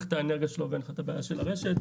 את האנרגיה שלו ואין את הבעיה של הרשת.